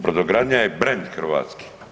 Brodogradnja je brend hrvatski.